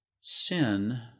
sin